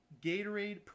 Gatorade